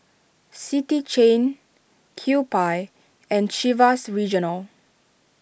City Chain Kewpie and Chivas Regional